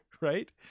right